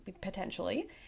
potentially